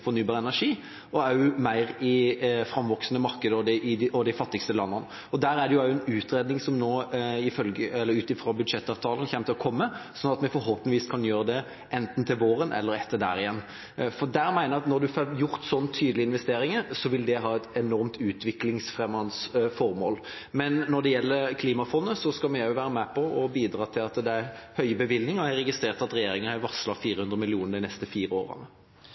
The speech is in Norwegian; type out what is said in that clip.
fornybar energi og mer framvoksende markeder i de fattigste landene. Det kommer til å komme en utredning ut fra budsjettavtalen, så forhåpentligvis kan vi gjøre det enten til våren eller etter det igjen, for jeg mener at når en får gjort slike tydelige investeringer, vil det ha et enormt utviklingsfremmende formål. Når det gjelder klimafondet, skal vi også være med og bidra til at det blir høye bevilgninger. Jeg har registrert at regjeringa har varslet 400 mill. kr de neste fire årene.